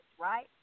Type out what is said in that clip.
right